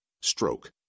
Stroke